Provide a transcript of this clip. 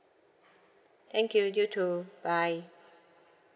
thank you you too bye